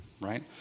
right